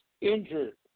injured